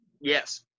yes